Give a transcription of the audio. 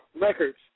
records